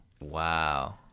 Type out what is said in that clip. Wow